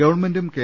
ഗവൺമെന്റും കെ